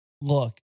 look